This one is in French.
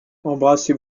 embrassez